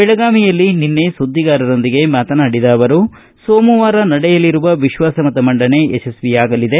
ಬೆಳಗಾವಿಯಲ್ಲಿ ನಿನ್ನೆ ಸುದ್ದಿಗಾರರೊಂದಿಗೆ ಮಾತನಾಡಿದ ಅವರು ಸೋಮವಾರ ನಡೆಯಲಿರುವ ವಿಶ್ವಾಸಮತ ಮಂಡನೆ ಯಶಸ್ವಿಯಾಗಲಿದೆ